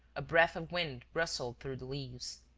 a breath of wind rustled through the leaves.